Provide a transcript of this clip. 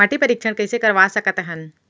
माटी परीक्षण कइसे करवा सकत हन?